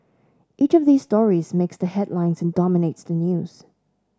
each of these stories makes the headlines and dominates the news